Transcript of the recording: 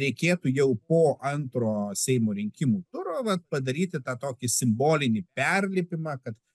reikėtų jau po antro seimo rinkimų turo vat padaryti tą tokį simbolinį perlipimą kad